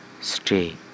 stay